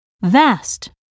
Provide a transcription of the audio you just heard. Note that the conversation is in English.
vast